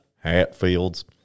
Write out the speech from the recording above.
Hatfields